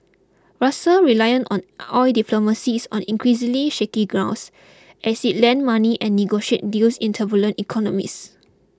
Russia rely on oil diplomacy is on increasingly shaky grounds as it lends money and negotiate deals in turbulent economies